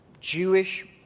Jewish